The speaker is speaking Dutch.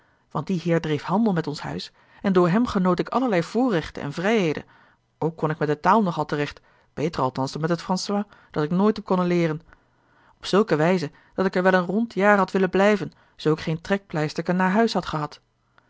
die heer dreef handel met ons huis en door hem genoot ik allerlei voorrechten en vrijheden ook kon ik met de taal nog al terecht beter althans dan met het françois dat ik nooit heb konnen leeren op zulke wijze dat ik er wel een rond jaar had willen blijven zoo ik geen trekpleisterken naar huis had